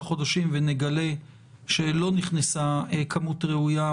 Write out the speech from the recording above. חודשים ונגלה שלא נכנסה כמות ראויה,